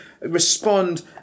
respond